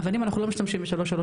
אבנים אנחנו לא משתמשים ב-338,